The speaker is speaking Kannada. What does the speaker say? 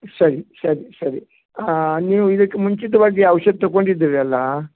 ಸರಿ ಸರಿ ಸರಿ ನೀವು ಇದಕ್ಕೆ ಮುಂಚಿತವಾಗಿ ಔಷಧ ತೊಗೊಂಡಿದ್ದೀರಿ ಅಲ್ವಾ